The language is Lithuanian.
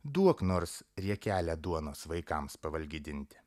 duok nors riekelę duonos vaikams pavalgydinti